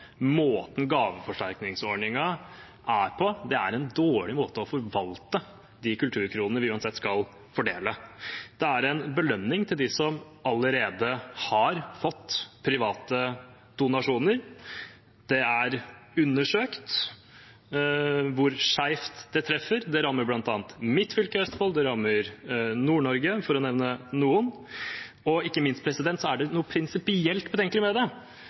måten gaveforsterkningsordningen er innrettet på, er en dårlig måte å forvalte de kulturkronene vi uansett skal fordele, på. Det er en belønning til dem som allerede har fått private donasjoner. Det er undersøkt hvor skjevt det treffer. Det rammer bl.a. mitt fylke, Østfold, og det rammer Nord-Norge, for å nevne noen. Ikke minst er det noe prinsipielt betenkelig ved det